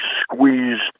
squeezed